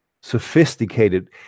sophisticated